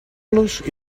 los